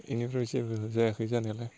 बेनिफ्राय जेबो जायाखै जानायालाय